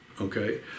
okay